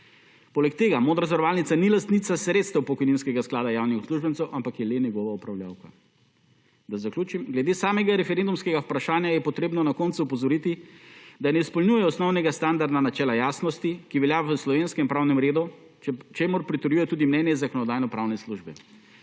Poleg tega, Modra zavarovalnica ni lastnica sredstev pokojninskega sklada javnih uslužbencev, ampak je le njegova upravljavka. Da zaključim, glede samega referendumskega vprašanja je potrebno na koncu opozoriti, da ne izpolnjujejo(?) osnovnega standarda načela jasnosti, ki velja v slovenskem pravnem redu, k čemur pritrjuje tudi mnenje Zakonodajno-pravne službe.